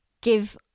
give